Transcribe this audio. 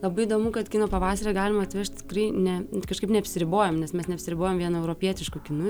labai įdomu kad kino pavasarį galima atvežt tikrai ne kažkaip neapsiribojom nes mes neapsiribojam vien europietišku kinu